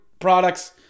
Products